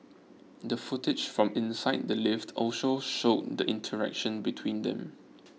the footage from inside the lift also showed the interaction between them